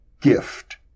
gift